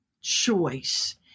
choice